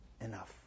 enough